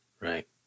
Right